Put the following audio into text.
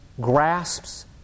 ...grasps